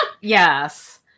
Yes